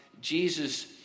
Jesus